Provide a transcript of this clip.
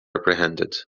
apprehended